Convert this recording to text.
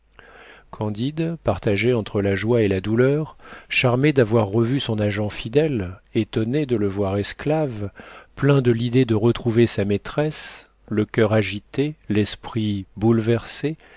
candide partagé entre la joie et la douleur charmé d'avoir revu son agent fidèle étonné de le voir esclave plein de l'idée de retrouver sa maîtresse le coeur agité l'esprit bouleversé